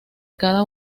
cada